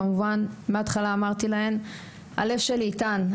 מהתחלה אמרתי להן שהלב שלי איתן.